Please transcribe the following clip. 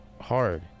hard